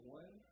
one